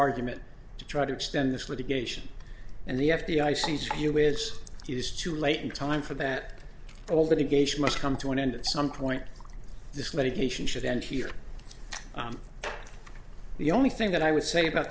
argument to try to extend this litigation and the f b i seems to us it is too late in time for that albany gauge must come to an end at some point this medication should end here the only thing that i would say about